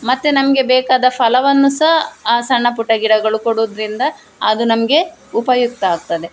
ಮತ್ತು ನಮಗೆ ಬೇಕಾದ ಫಲವನ್ನು ಸಹ ಆ ಸಣ್ಣ ಪುಟ್ಟ ಗಿಡಗಳು ಕೊಡುದರಿಂದ ಅದು ನಮಗೆ ಉಪಯುಕ್ತ ಆಗ್ತದೆ